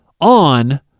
on